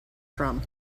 from